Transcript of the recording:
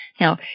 Now